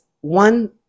one